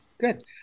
Good